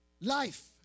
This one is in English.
Life